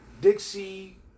Dixie